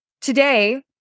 today